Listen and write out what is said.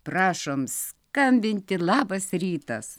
prašom skambinti labas rytas